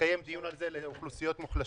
שנקיים דיון על זה, על אוכלוסיות מחולשות.